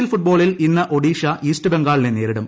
L ഫുട്ബോളിൽ ഇന്ന് Odisha east ബംഗാളിനെ നേരിടും